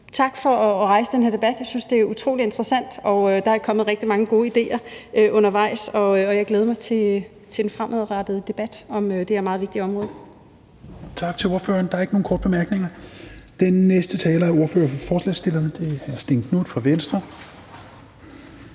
tak for at rejse den her debat. Jeg synes, det er utrolig interessant, og der er kommet rigtig mange gode idéer undervejs, og jeg glæder mig til den fremadrettede debat om det her meget vigtige område. Kl. 15:36 Tredje næstformand (Rasmus Helveg Petersen): Tak til ordføreren. Der er ikke nogen korte bemærkninger. Den næste taler er ordføreren for forslagsstillerne, og det er hr. Stén Knuth fra Venstre.